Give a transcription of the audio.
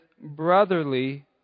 brotherly